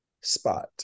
spot